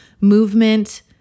movement